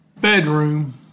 bedroom